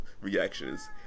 Reactions